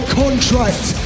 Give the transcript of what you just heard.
contract